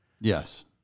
Yes